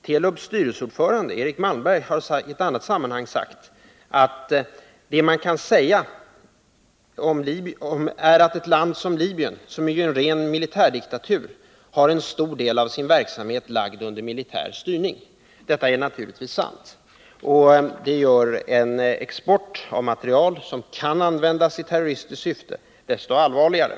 Telubs styrelseordförande Eric Malmberg har i ett annat sammanhang sagt: ”Det man kan säga är att ett land som Libyen — som ju är en ren militärdiktatur — har en stor del av sin verksamhet lagd under militär styrning.” Detta är naturligtvis sant, och det gör en export av materiel som kan användas i terroristiskt syfte desto allvarligare.